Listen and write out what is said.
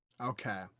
Okay